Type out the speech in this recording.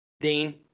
dean